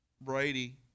Brady